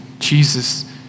Jesus